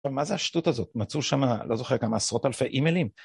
מה זה השטות הזאת? מצאו שמה, לא זוכר, כמה עשרות אלפי אימיילים?